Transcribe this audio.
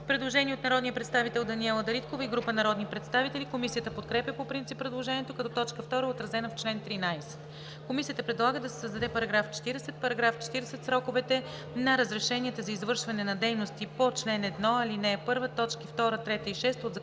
Предложение от народния представител Даниела Дариткова и група народни представители. Комисията подкрепя по принцип предложението, като т. 2 е отразена в чл. 13. Комисията предлага да се създаде § 40: „§ 40. Сроковете на разрешенията за извършване на дейности по чл. 1, ал. 1, т. 2, 3 и 6 от Закона